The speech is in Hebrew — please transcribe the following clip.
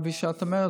כפי שאת אומרת,